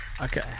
Okay